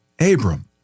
Abram